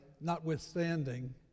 notwithstanding